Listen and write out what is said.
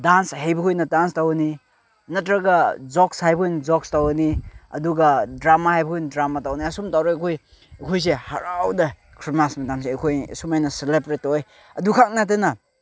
dance ꯍꯩꯕꯈꯣꯏꯅ dance ꯇꯧꯅꯤ ꯅꯠꯇ꯭ꯔꯒ ꯖꯣꯛꯁ ꯍꯩꯕꯅ ꯖꯣꯛꯁ ꯇꯧꯒꯅꯤ ꯑꯗꯨꯒ ꯗ꯭ꯔꯥꯃꯥ ꯍꯩꯕꯈꯣꯏꯅ ꯗ꯭ꯔꯥꯃꯥ ꯇꯧꯒꯅꯤ ꯑꯁꯨꯝ ꯇꯧꯔꯒ ꯑꯩꯈꯣꯏ ꯑꯩꯈꯣꯏꯁꯦ ꯍꯔꯥꯎꯅ ꯈ꯭ꯔꯤꯁꯃꯥꯁ ꯃꯇꯝꯁꯦ ꯑꯩꯈꯣꯏ ꯑꯁꯨꯃꯥꯏꯅ ꯁꯦꯂꯦꯕ꯭ꯔꯦꯠ ꯇꯧꯋꯦ ꯑꯗꯨꯈꯛ ꯅꯠꯇꯅ